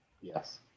Yes